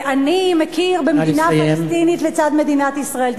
אני מכיר במדינה פלסטינית לצד מדינת ישראל.